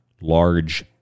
large